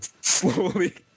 slowly